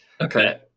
Okay